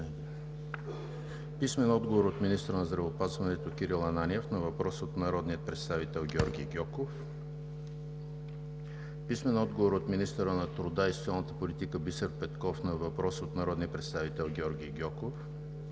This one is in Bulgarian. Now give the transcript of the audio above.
Гьоков; - министъра на здравеопазването Кирил Ананиев на въпрос от народния представител Георги Гьоков; - министъра на труда и социалната политика Бисер Петков на въпрос от народния представител Георги Гьоков;